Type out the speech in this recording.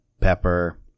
pepper